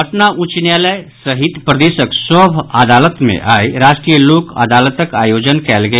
पटना उच्च न्यायालय सहित प्रदेशक सभ अदालत मे आइ राष्ट्रीय लोक अदालतक आयोजन कयल गेल